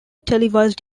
televised